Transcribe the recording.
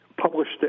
published